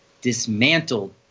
dismantled